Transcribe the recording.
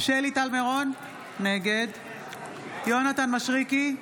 שלי טל מירון, נגד יונתן מישרקי,